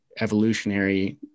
evolutionary